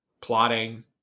plotting